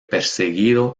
perseguido